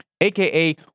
aka